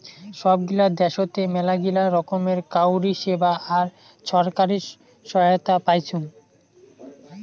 সব গিলা দ্যাশোতে মেলাগিলা রকমের কাউরী সেবা আর ছরকারি সহায়তা পাইচুং